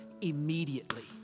immediately